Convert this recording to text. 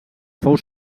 fou